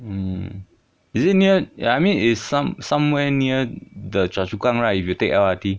mm is it near ya I mean it's some- somewhere near the choa chu kang right if you take L_R_T